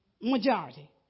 majority